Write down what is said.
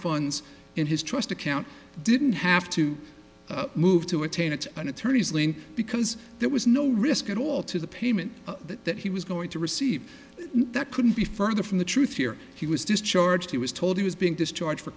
funds in his trust account didn't have to move to attain it and attorneys lean because there was no risk at all to the payment that he was going to receive that couldn't be further from the truth here he was discharged he was told he was being discharged for